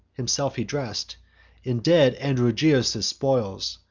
himself he dress'd in dead androgeos' spoils,